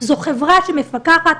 זאת חברה שמפקחת,